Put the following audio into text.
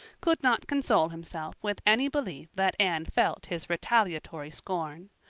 could not console himself with any belief that anne felt his retaliatory scorn.